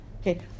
Okay